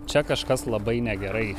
čia kažkas labai negerai